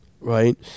right